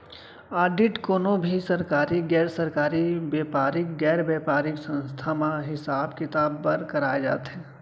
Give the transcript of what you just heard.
audit कोनो भी सरकारी, गैर सरकारी, बेपारिक, गैर बेपारिक संस्था म हिसाब किताब बर कराए जाथे